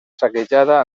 saquejada